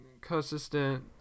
consistent